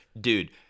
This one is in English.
dude